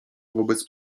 wobec